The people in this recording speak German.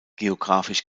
geografisch